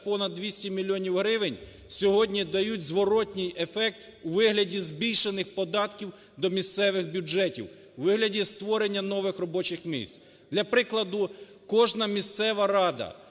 понад 200 мільйонів гривень, сьогодні дають зворотній ефект у вигляді збільшених податків до місцевих бюджетів, у вигляді створення нових робочих місць. Для прикладу. Кожна місцева рада